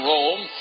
Rome